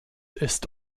ist